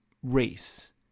race